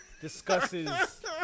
discusses